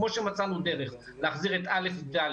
כמו שמצאנו דרך להחזיר את א'-ד',